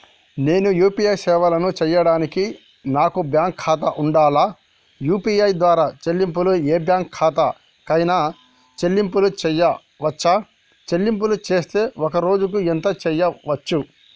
నేను యూ.పీ.ఐ సేవలను చేయడానికి నాకు బ్యాంక్ ఖాతా ఉండాలా? యూ.పీ.ఐ ద్వారా చెల్లింపులు ఏ బ్యాంక్ ఖాతా కైనా చెల్లింపులు చేయవచ్చా? చెల్లింపులు చేస్తే ఒక్క రోజుకు ఎంత చేయవచ్చు?